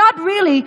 not really,